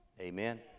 Amen